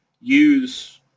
use